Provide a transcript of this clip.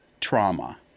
trauma